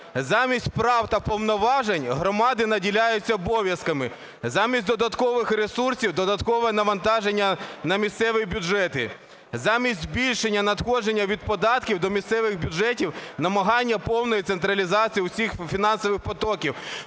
Замість прав та повноважень, громади наділяються обов'язками. Замість додаткових ресурсів - додаткове навантаження на місцеві бюджети. Замість збільшення надходження від податків до місцевих бюджетів - намагання повної централізації усіх фінансових потоків.